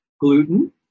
gluten